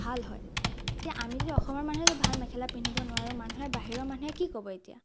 ভাল হয় এতিয়া আমি যদি অসমৰ মানুহে যদি ভাল মেখেলা পিন্ধিব নোৱাৰোঁ মানুহে বাহিৰৰ মানুহে কি ক'ব এতিয়া